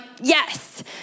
yes